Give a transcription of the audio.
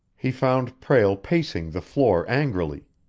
he found prale pacing the floor angrily,